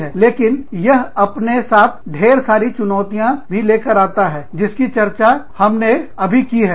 लेकिन यह अपने साथ ढेर सारी चुनौतियाँ भी लेकर आता है जिसकी चर्चा हमने अभी की है